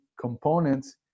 components